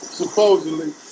supposedly